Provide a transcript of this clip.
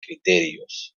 criterios